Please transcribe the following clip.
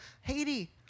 Haiti